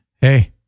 Hey